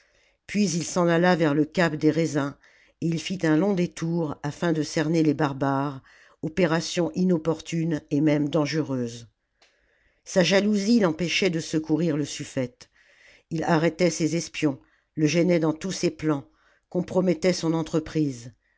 puis il s'en alla vers le cap des raisins et il fit un long détour afin de cerner les barbares opération inopportune et même dangereuse sa jalousie l'empêchait de secourir le sufïete il arrêtait ses espions le gênait dans tous ses plans compromettait son entreprise